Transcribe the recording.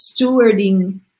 stewarding